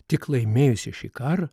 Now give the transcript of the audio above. tik laimėjusi šį karą